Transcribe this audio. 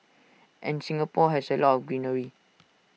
and Singapore has A lot of greenery